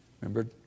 Remember